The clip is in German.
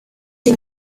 den